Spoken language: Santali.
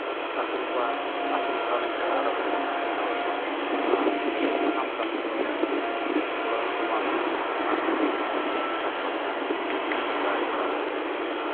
ᱟᱹᱥᱩᱞ ᱠᱚᱣᱟ ᱟᱹᱥᱩᱞ ᱦᱟᱨᱟ ᱞᱮᱱᱠᱷᱟᱱ ᱟᱨᱦᱚᱸ ᱵᱚᱱ ᱟᱹᱠᱷᱨᱤᱧ ᱨᱩᱣᱟᱹᱲ ᱠᱚᱣᱟ ᱟᱨ ᱥᱟᱱᱟᱢ ᱠᱟᱹᱢᱤᱨᱮ ᱜᱚᱲᱚ ᱪᱟᱥᱵᱟᱥᱟ ᱩᱱᱠᱩ ᱰᱟᱹᱝᱨᱤ ᱠᱟᱲᱟ ᱛᱮ